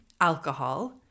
alcohol